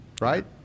Right